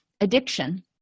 addiction